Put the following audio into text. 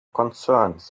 concerns